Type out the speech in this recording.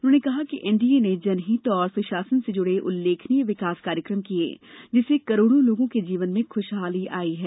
उन्होंने कहा कि एनडीए ने जनहित और सुशासन से जुड़े उल्लेखनीय विकास कार्यक्रम किए जिससे करोड़ों लोगों के जीवन में खुशहाली आई है